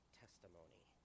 testimony